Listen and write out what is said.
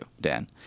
Dan